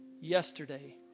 yesterday